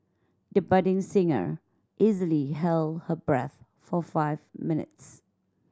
the budding singer easily held her breath for five minutes